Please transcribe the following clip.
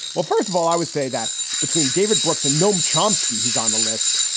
well, first of all, i would say that between david brooks and noam chomsky, who's on the list,